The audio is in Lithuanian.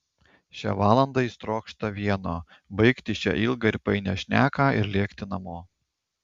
šią valandą jis trokšta vieno baigti šią ilgą ir painią šneką ir lėkti namo